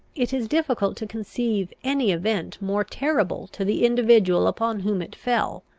it is difficult to conceive any event more terrible to the individual upon whom it fell,